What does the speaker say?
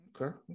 okay